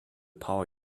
power